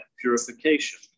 purification